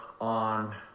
on